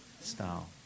style